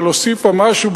אבל הוסיפה משהו,